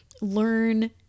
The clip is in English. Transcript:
learn